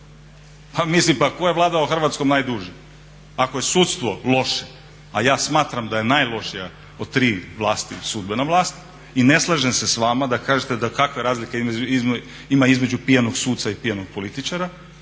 mislim tko je vladao Hrvatskom najduže? Ako je sudstvo loše, a ja smatram da je najlošija od tri vlasti sudbena vlast i ne slažem se s vama kada kažete da kakve razlike ima između pijanog suca i pijanog političara.